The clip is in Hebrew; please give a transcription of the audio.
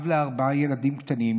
אב לארבעה ילדים קטנים,